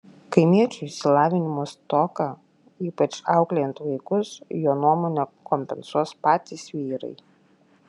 kaimiečių išsilavinimo stoką ypač auklėjant vaikus jo nuomone kompensuos patys vyrai